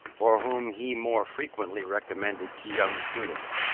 or whom he more frequently recommended to young students.